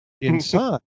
inside